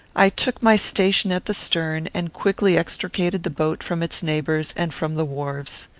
i took my station at the stern, and quickly extricated the boat from its neighbours and from the wharves.